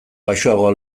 baxuagoa